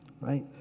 right